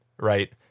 right